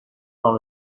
dans